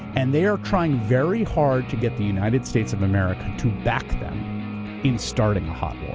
and they are trying very hard to get the united states of america to back them in starting a hot war.